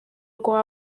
guha